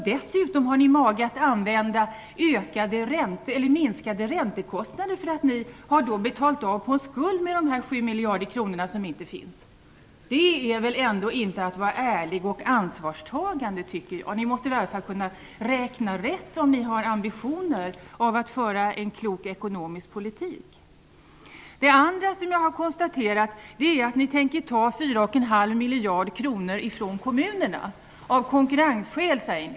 Dessutom har ni mage att räkna med minskade räntekostnader därför att ni betalt av en skuld med de 7 miljarder kronor som inte finns. Det är väl inte att vara ärlig och ansvarstagande! Om ni har ambitionen att föra en klok ekonomisk politik måste ni väl räkna rätt. Jag har också konstaterat att ni tänker dra in fyra och en halv miljarder kronor från kommunerna. Det skall göras av konkurrensskäl, säger ni.